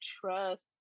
trust